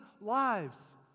lives